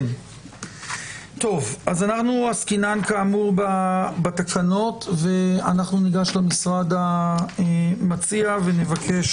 אנחנו עסקינן כאמור בתקנות ואנחנו ניגש למשרד המציע ונבקש